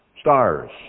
stars